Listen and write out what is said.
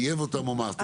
טייב אותם או משהו,